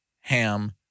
Ham